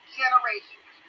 generations